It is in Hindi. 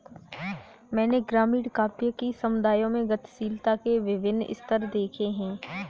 मैंने ग्रामीण काव्य कि समुदायों में गतिशीलता के विभिन्न स्तर देखे हैं